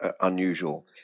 unusual